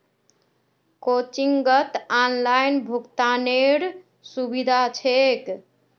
कोचिंगत ऑनलाइन भुक्तानेरो सुविधा छेक